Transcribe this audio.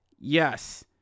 Yes